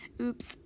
Oops